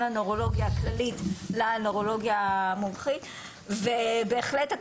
בנוירולוגיה היום הוא סופר מקצועי וצריך לקבל את